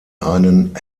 einen